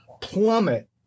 plummet